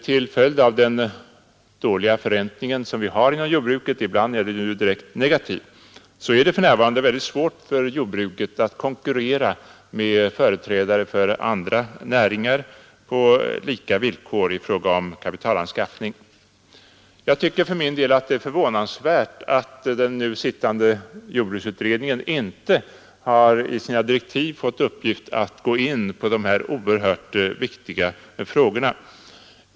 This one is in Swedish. Till följd av den dåliga förräntningen inom jordbruket — ibland är den ju direkt negativ — är det för närvarande mycket svårt för jordbruket att konkurrera med företrädare för andra näringar på lika villkor i fråga om kapitalanskaffning. Jag tycker för min del att det är förvånansvärt att den nu arbetande jordbruksutredningen inte i sina direktiv har fått till uppgift att gå in på de här oerhört viktiga frågorna.